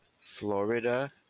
Florida